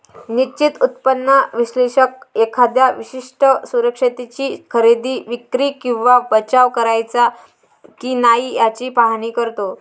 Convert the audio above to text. निश्चित उत्पन्न विश्लेषक एखाद्या विशिष्ट सुरक्षिततेची खरेदी, विक्री किंवा बचाव करायचा की नाही याचे पाहणी करतो